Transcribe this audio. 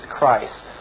Christ